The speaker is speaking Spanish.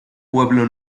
pueblo